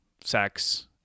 sex